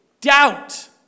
doubt